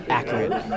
accurate